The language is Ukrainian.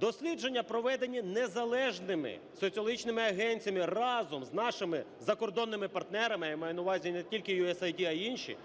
дослідження, проведені незалежними соціологічними агенціями разом з нашими закордонними партнерами, я маю на увазі не тільки USAID, а й інші,